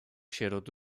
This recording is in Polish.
sierot